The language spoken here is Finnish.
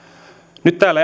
nyt täällä